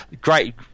great